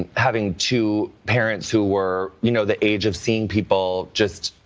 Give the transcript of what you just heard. and having two parents who were, you know, the age of seng people just,